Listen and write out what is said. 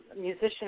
musician